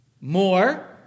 More